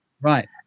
Right